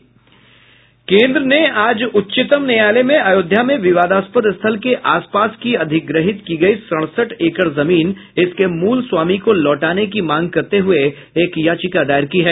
केन्द्र ने आज उच्चतम न्यायालय में अयोध्या में विवादास्पद स्थल के आस पास की अधिग्रहित की गई सड़सठ एकड़ जमीन इसके मूल स्वामी को लौटाने की मांग करते हुए एक याचिका दायर की है